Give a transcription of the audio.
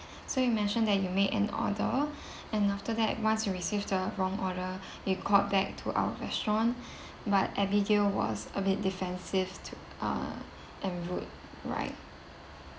so you mentioned that you made an order and after that once you received the wrong order you called back to our restaurant but abigail was a bit defensive to uh and rude right